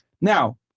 Now